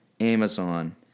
Amazon